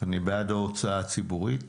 אני בעד ההוצאה הציבורית.